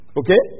okay